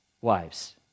wives